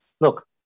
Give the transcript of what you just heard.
look